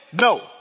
No